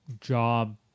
Job